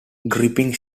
gripping